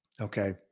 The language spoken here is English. okay